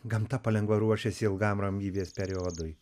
gamta palengva ruošėsi ilgam ramybės periodui